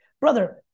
brother